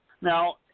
Now